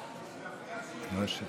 כהצעת הוועדה, נתקבל.